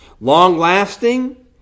long-lasting